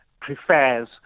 prefers